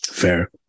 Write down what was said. fair